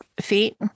feet